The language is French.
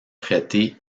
traité